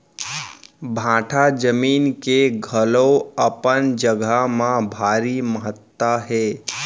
भाठा जमीन के घलौ अपन जघा म भारी महत्ता हे